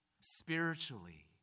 Spiritually